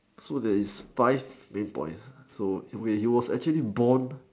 so there is five main points so when he was actually born